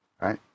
right